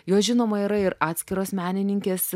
jos žinoma yra ir atskiros menininkės